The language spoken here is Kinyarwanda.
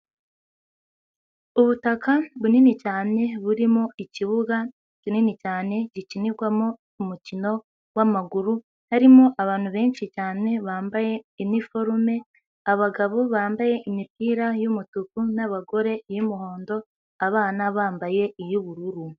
Ubutaka bunini cyane burimo ikibuga kinini cyane gikinirwamo umukino w'amaguru, harimo abantu benshi cyane bambaye iniforume, abagabo bambaye imipira y'umutuku n'abagore iy'umuhondo, abana bambaye iyu'bururu.